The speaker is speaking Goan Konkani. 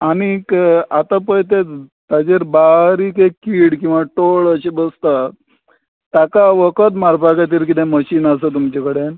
आनीक आतां पय ते ताजेर बारीक कीड किंवां टोळ अशें बसता ताका वखद मारपा खातीर कितें मशीन आसा तुमचे कडेन